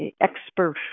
expert